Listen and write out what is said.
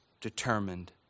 determined